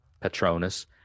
Patronus